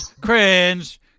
cringe